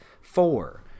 four